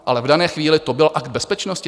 Ale v dané chvíli to byl akt bezpečnosti?